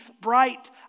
bright